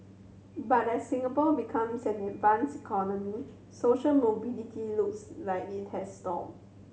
but as Singapore becomes an advanced economy social mobility looks like it has stalled